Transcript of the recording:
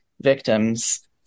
victims